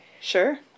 Sure